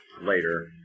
later